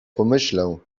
pomyślę